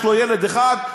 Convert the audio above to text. יש לו ילד אחד,